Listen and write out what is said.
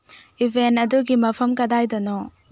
event ꯑꯗꯨꯒꯤ ꯃꯐꯝ ꯀꯗꯥꯏꯗꯅꯣ